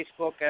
Facebook